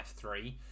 F3